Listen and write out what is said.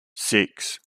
six